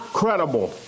credible